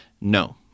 no